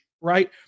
right